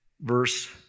verse